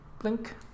blink